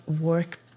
work